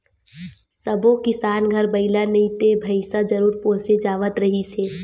सब्बो किसान घर बइला नइ ते भइसा जरूर पोसे जावत रिहिस हे